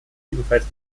ebenfalls